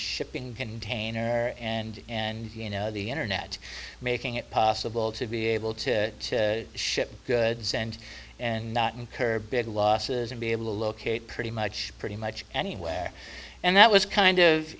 shipping container and and the internet making it possible to be able to ship goods and and not incur big losses and be able to locate pretty much pretty much anywhere and that was kind of